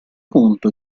punto